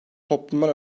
toplumlar